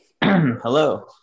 Hello